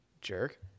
Jerk